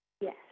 Yes